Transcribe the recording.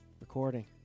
recording